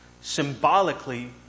symbolically